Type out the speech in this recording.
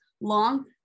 long